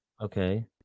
Okay